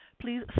please